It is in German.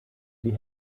die